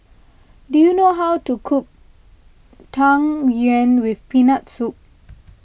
do you know how to cook Tang Yuen with Peanut Soup